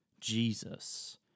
Jesus